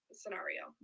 scenario